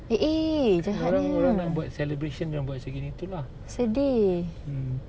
eh eh jahatnya sedih